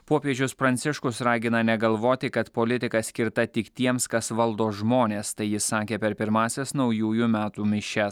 popiežius pranciškus ragina negalvoti kad politika skirta tik tiems kas valdo žmones tai jis sakė per pirmąsias naujųjų metų mišias